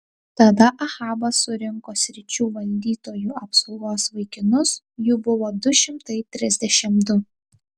tada ahabas surinko sričių valdytojų apsaugos vaikinus jų buvo du šimtai trisdešimt du